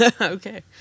Okay